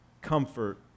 comfort